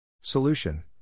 Solution